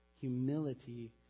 humility